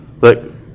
look